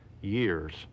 years